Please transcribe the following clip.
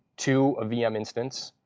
two, a vm instance.